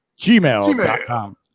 gmail.com